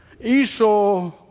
Esau